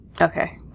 Okay